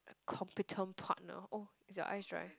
a competent partner oh is your eyes dry